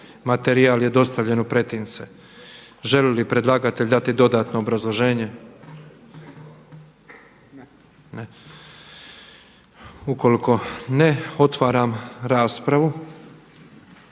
Materijal je prijavljen u pretince. Želi li predlagatelj dati dodatno obrazloženje? Ne. Ukoliko ne, otvaram raspravu.